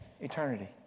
eternity